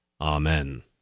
Amen